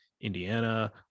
Indiana